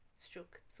Stroke